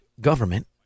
government